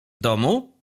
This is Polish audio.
domu